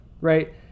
Right